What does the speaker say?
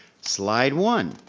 slide one,